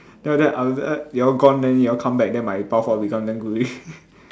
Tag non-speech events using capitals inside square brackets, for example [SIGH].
then after that after that you all gone then you all come back then my power forward become damn good already [LAUGHS]